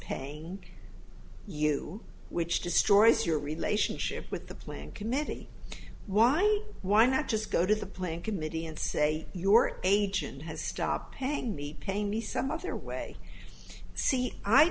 paying you which destroys your relationship with the playing committee why why not just go to the playing committee and say your agent has stopped paying me pay me some other way see i